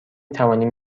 توانیم